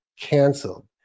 canceled